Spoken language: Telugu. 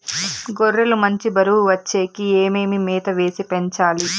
గొర్రె లు మంచి బరువు వచ్చేకి ఏమేమి మేత వేసి పెంచాలి?